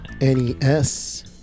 NES